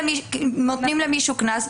נותנים למישהו קנס,